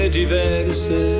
diverse